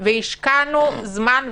השקענו זמן ומרץ,